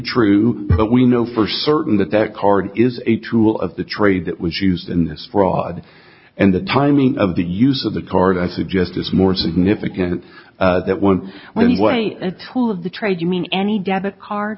true but we know for certain that that card is a tool of the trade that was used in this fraud and the timing of the use of the card i suggest is more significant that one went away and tool of the trade you mean any debit card